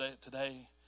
today